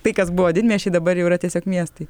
tai kas buvo didmiesčiai dabar jau yra tiesiog miestai